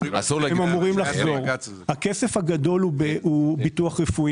שצריך לעשות לכל האנשים האלה ביטוח רפואי.